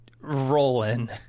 rolling